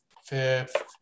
fifth